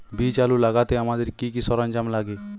বীজ আলু লাগাতে আমাদের কি কি সরঞ্জাম লাগে?